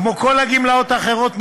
כמו כל הגמלאות האחרות,